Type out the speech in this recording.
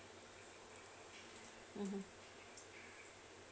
mmhmm